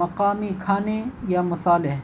مقامی کھانے یا مسالحے ہیں